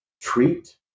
treat